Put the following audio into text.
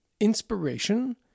inspiration